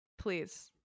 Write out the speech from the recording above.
please